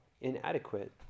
inadequate